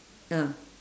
ah